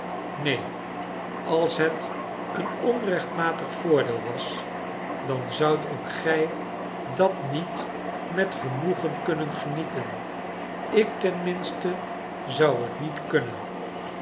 neen als het een onrechtmatig voordeel was dan zoudt ook gij dat niet met genoegen kunnen genieten ik ten minste zou het niet kunnen